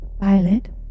Violet